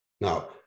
Now